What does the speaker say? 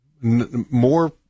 more